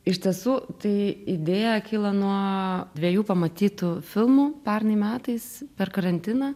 iš tiesų tai idėja kilo nuo dvejų pamatytų filmų pernai metais per karantiną